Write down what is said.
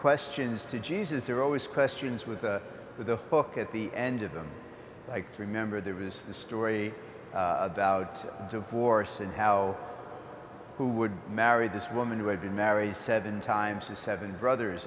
questions to jesus there are always questions with the book at the end of them like to remember there was the story about divorce and how who would marry this woman who had been married seven times and seven brothers